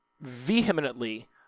vehemently